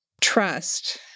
trust